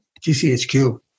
GCHQ